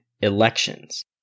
elections